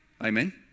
Amen